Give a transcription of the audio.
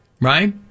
right